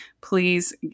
please